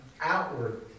outward